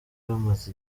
bamaze